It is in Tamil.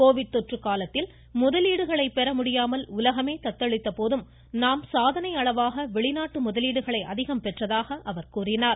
கோவிட் தொற்று காலத்தில் முதலீடுகளைப் பெற முடியாமல் உலகமே தத்தளித்த போது நாம் சாதனை அளவாக வெளிநாட்டு முதலீடுகளை அதிகம் பெற்றதாக அவர் கூறினார்